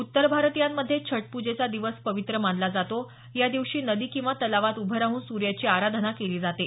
उत्तर भारतीयांमध्ये छठ पूजेचा दिवस पवित्र मानला जातो या दिवशी नदी किंवा तलावात उभं राहून सूर्याची आराधना केली जाते